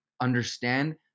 understand